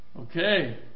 Okay